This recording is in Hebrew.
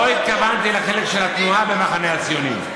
לא התכוונתי לחלק של התנועה במחנה הציוני.